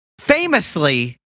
Famously